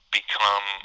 become